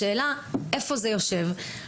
השאלה היכן זה יושב.